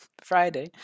Friday